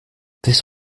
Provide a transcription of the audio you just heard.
this